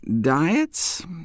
diets